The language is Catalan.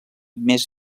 més